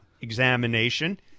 examination